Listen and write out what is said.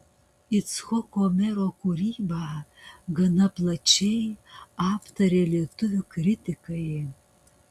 icchoko mero kūrybą gana plačiai aptarė lietuvių kritikai